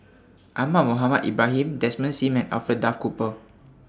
Ahmad Mohamed Ibrahim Desmond SIM and Alfred Duff Cooper